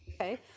okay